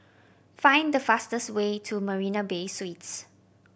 find the fastest way to Marina Bay Suites